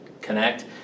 connect